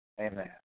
Amen